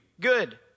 Good